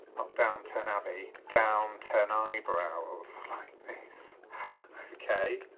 not downton abbey, down turned eyebrows like this okay